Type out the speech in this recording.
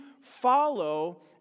follow